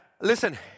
Listen